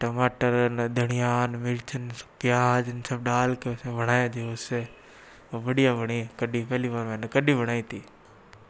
टमाटर अन धनिया अन मिर्च अन प्याज अन सब डाल के बनाई जो उससे और बढ़िया बनी कड्डी पहली बार मैंने कड्डी बनाई थी